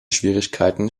schwierigkeiten